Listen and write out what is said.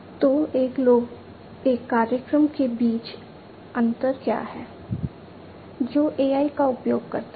तो एक कार्यक्रम के बीच अंतर क्या है जो AI का उपयोग करता है